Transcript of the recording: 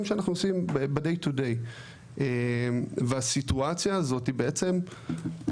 שאנחנו עושים ב-day to day והסיטואציה הזאת היא בעצם קורעת,